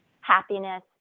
happiness